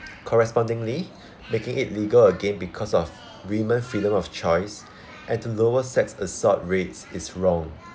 correspondingly making it legal again because of women's freedom of choice and to lower sex assault rates is wrong